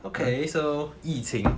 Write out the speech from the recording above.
okay so yiqing p~